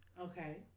Okay